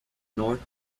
north